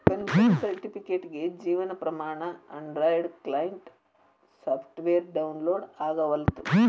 pension ಸರ್ಟಿಫಿಕೇಟ್ಗೆ Jeevan Pramaan Android client software download ಆಗವಲ್ತು